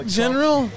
general